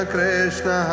Krishna